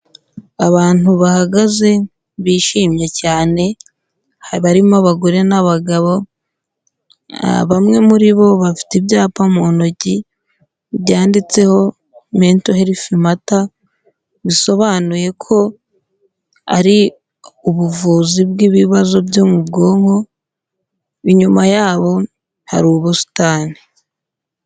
Abantu bahagaze bishimye cyane barimo abagore n'abagabo, bamwe muri bo bafite ibyapa mu ntoki byanditseho, mento herifu mata, bisobanuye ko ari ubuvuzi bw'ibibazo byo mu bwonko, inyuma yabo hari ubusitani.